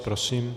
Prosím.